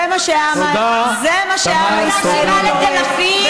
זה מה שהעם הישראלי דורש.